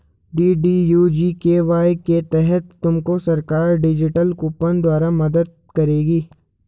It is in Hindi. डी.डी.यू जी.के.वाई के तहत तुमको सरकार डिजिटल कूपन द्वारा मदद करेगी